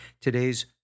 today's